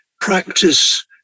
practice